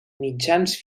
mitjans